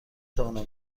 توانم